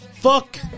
fuck